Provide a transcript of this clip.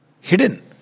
hidden